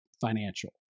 financial